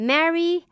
Mary